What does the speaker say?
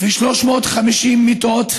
ו-350 מיטות.